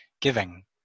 giving